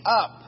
up